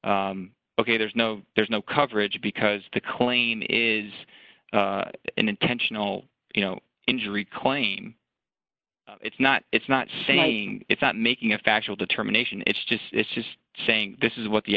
ok there's no there's no coverage because the claim is an intentional you know injury claim it's not it's not saying it's not making a factual determination it's just it's just saying this is what the